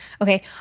Okay